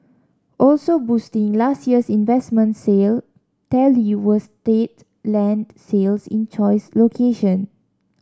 also boosting last year's investment sale tally were state land sales in choice location